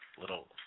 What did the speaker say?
little